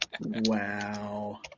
Wow